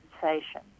compensation